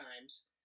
times